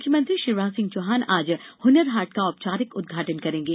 मुख्यमंत्री शिवराज सिंह चौहान आज हनर हाट का औपचारिक उदघाटन करेंगे